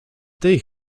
tej